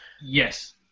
Yes